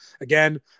again